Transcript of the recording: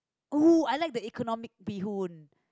oh I like the economy bee-hoon